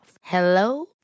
Hello